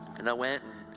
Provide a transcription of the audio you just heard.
and i went.